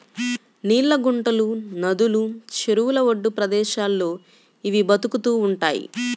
నీళ్ళ గుంటలు, నదులు, చెరువుల ఒడ్డు ప్రదేశాల్లో ఇవి బతుకుతూ ఉంటయ్